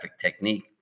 technique